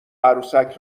عروسک